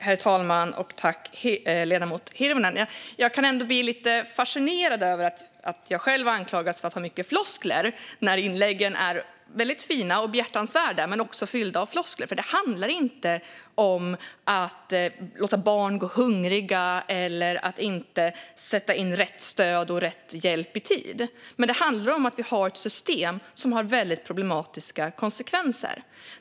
Herr talman! Jag blir lite fascinerad över att jag anklagas för att ha mycket floskler när Annika Hirvonens inlägg är väldigt fina och behjärtansvärda men också fyllda av floskler. Det handlar inte om att låta barn gå hungriga eller att inte sätta in rätt stöd och rätt hjälp i tid. Det handlar om att vi har ett system som har väldigt problematiska konsekvenser.